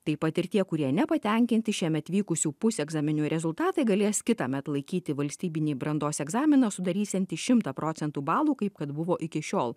taip pat ir tie kurie nepatenkinti šiemet vykusių pusegzaminių rezultatai galės kitąmet laikyti valstybinį brandos egzaminą sudarysiantį šimtą procentų balų kaip kad buvo iki šiol